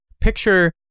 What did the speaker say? picture